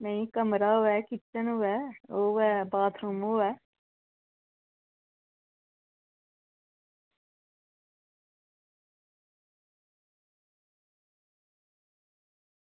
नेईं कमरा होऐ किचन होऐ ओह् होऐ बाथरूम होऐ